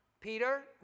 Peter